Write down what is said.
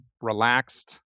relaxed